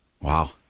wow